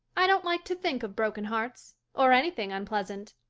i don't like to think of broken hearts or anything unpleasant.